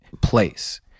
place